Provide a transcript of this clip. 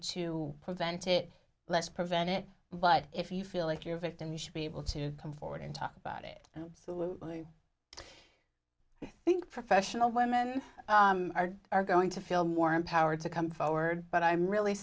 to prevent it let's prevent it but if you feel like you're a victim you should be able to come forward and talk about it so i think professional women are going to feel more empowered to come forward but i'm really